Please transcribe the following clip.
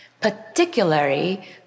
particularly